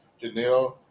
Janelle